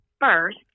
first